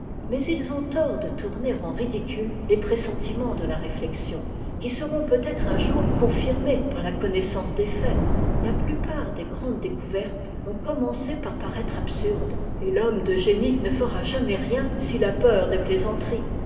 mais ils ont tort de tourner en ridicule les pressentiments de la réflexion qui seront peutêtre un jour confirmés par la connaissance des faits la plupart des grandes découvertes ont commencé par paraître absurdes et l'homme de génie ne fera jamais rien s'il a peur des plaisanteries